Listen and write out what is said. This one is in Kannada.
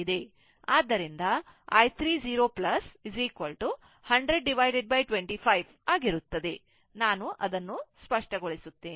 ಆದ್ದರಿಂದ i3 0 100 25 ಆಗಿರುತ್ತದೆ ಆದ್ದರಿಂದ ನಾನು ಅದನ್ನು ಸ್ಪಷ್ಟಗೊಳಿಸುತ್ತೇನೆ